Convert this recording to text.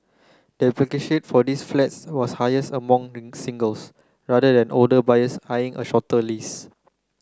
the application for these flats was highest among singles rather than older buyers eyeing a shorter lease